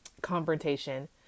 confrontation